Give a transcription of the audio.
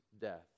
death